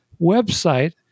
website